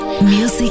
Music